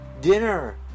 Dinner